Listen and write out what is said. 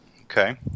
Okay